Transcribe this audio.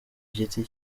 giti